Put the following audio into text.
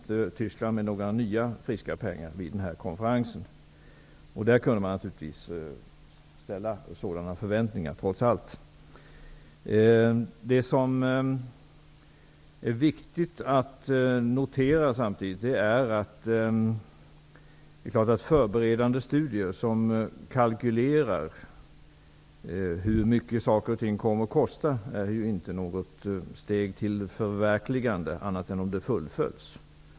Tyskland bidrog därför inte vid denna konferens med några nya friska pengar. Sådana förväntningar kunde trots allt ställas. Det är samtidigt viktigt att notera att förberedande studier med kalkyler om hur mycket saker och ting kommer att kosta inte är något steg till förverkligande, annat än om arbetet fullföljs.